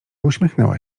uśmiechnęła